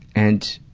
and.